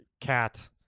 cat